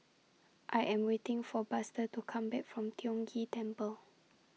I Am waiting For Buster to Come Back from Tiong Ghee Temple